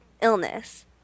illness